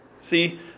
See